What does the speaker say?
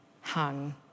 hung